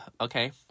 Okay